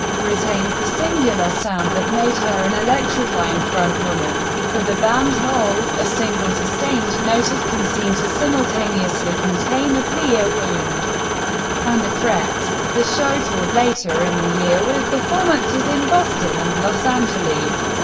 retains the singular sound that made her an electrifying front woman for the band hole a single sustained noted can seem to simultaneously simultaneously contain a plea, a wound and a threat. the show toured later in the year, with performances in boston and los angeles.